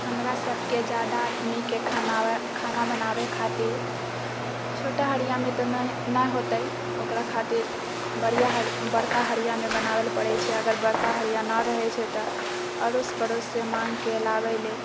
हमरा सबके जादा आदमीके खाना बनाबै खातिर छोटा हड़ियामे तऽ नहि होतै ओकरा खातिर बड़का हड़ियामे बनाबै लऽ पड़ै छै अगर बड़का हड़िया नहि रहै छै तऽ अड़ोस पड़ोससँ माङ्गै ले